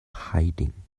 hiding